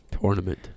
Tournament